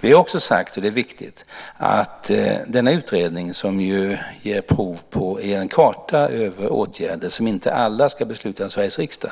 Vi har också sagt, och det är viktigt, att denna utredning, som ju ger prov på en karta över åtgärder som inte alla ska beslutas av Sveriges riksdag